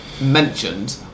mentioned